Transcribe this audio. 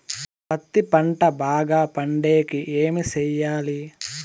పత్తి పంట బాగా పండే కి ఏమి చెయ్యాలి?